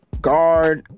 Guard